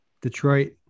Detroit